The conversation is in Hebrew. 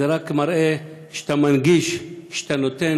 זה רק מראה שכשאתה מנגיש, כשאתה נותן